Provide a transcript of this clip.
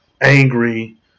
angry